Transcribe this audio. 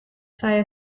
saya